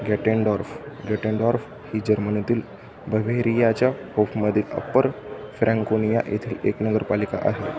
Gattendorf Gattendorf ही जर्मनीतील बव्हेरियाच्या होपमदील अप्पर फ्रँकोनिया येथील एक नगरपालिका आहे